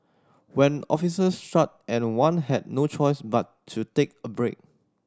when offices shut and one had no choice but to take a break